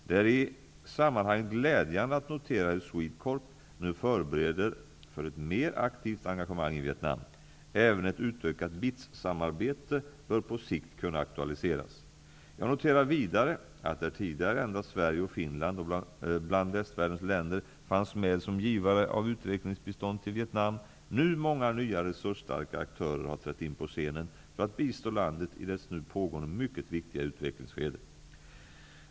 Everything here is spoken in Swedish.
Det är i sammanahanget glädjande att notera hur SWEDECORP nu förbereder för ett mer aktivt engagemang i Vietnam. Även ett utökat BITS-samarbete bör på sikt kunna aktualiseras. Jag noterar vidare att där tidigare endast Sverige och Finland bland västvärldens länder fanns med som givare av utvecklingsbistånd till Vietnam, nu många nya resursstarka aktörer har trätt in på scenen för att bistå landet i dess nu pågående mycket viktiga utvecklingsskede.